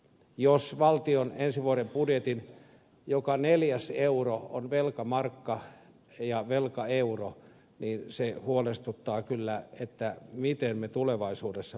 jos valtion ensi vuoden budjetin joka neljäs euro on velkamarkka ja velkaeuro niin se huolestuttaa kyllä miten me tulevaisuudessa pärjäämme